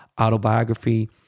autobiography